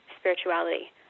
spirituality